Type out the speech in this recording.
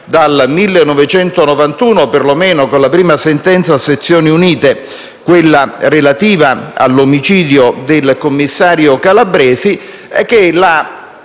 dal 1991, perlomeno con la prima sentenza a sezioni unite, quella relativa all'omicidio del commissario Calabresi) secondo la